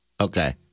Okay